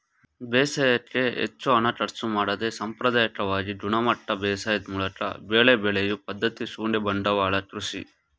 ಬೇಸಾಯಕ್ಕೆ ಹೆಚ್ಚು ಹಣ ಖರ್ಚು ಮಾಡದೆ ಸಾಂಪ್ರದಾಯಿಕವಾಗಿ ಗುಣಮಟ್ಟ ಬೇಸಾಯದ್ ಮೂಲಕ ಬೆಳೆ ಬೆಳೆಯೊ ಪದ್ಧತಿ ಶೂನ್ಯ ಬಂಡವಾಳ ಕೃಷಿ